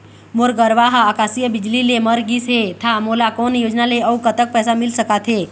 मोर गरवा हा आकसीय बिजली ले मर गिस हे था मोला कोन योजना ले अऊ कतक पैसा मिल सका थे?